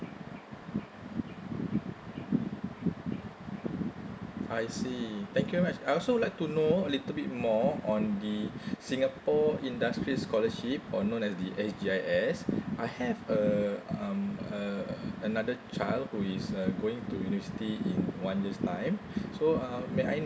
I see thank you very much I also like to know a little bit more on the singapore industry scholarship or known as the S G I S I have a um uh another child who is uh going to university in one year's time so uh may I know